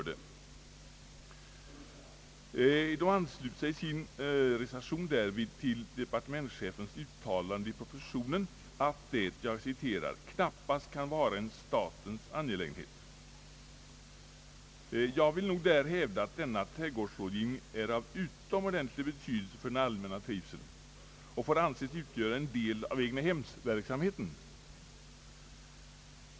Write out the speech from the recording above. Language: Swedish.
De ansluter sig därvid till departementschefens uttalande i propositionen att detta »knappast kan vara en statens angelägenhet». Jag vill nog hävda att denna trädgårdsrådgivning är av utomordentlig betydelse för den allmänna trivseln och utgör en del av egnahemsverksamheten.